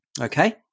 Okay